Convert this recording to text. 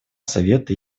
совета